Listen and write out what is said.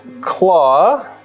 Claw